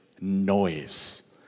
noise